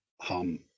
hum